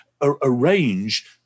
arrange